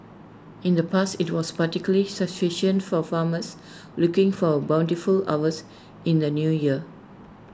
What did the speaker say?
in the past IT was particularly situation for farmers looking for A bountiful harvest in the New Year